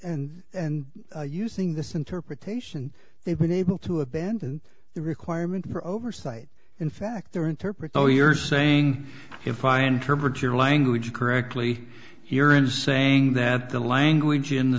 and and using this interpretation they've been able to abandon the requirement for oversight in fact there interpret though you're saying if i interpret your language correctly here in saying that the language in the